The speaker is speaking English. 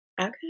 Okay